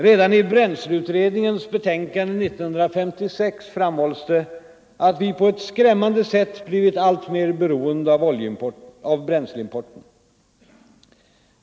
Redan i bränsleutredningens betänkande 1956 framhölls att vi ”på ett skrämmande sätt” blivit alltmer beroende av bränsleimporten.